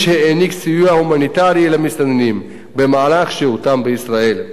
שהעניק סיוע הומניטרי למסתננים במהלך שהותם בישראל.